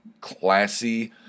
classy